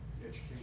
Education